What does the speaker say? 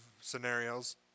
scenarios